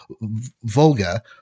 Volga